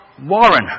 Warren